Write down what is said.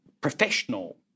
professional